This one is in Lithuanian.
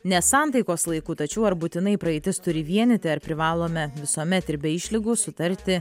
nesantaikos laiku tačiau ar būtinai praeitis turi vienyti ar privalome visuomet ir be išlygų sutarti